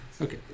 Okay